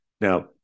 Now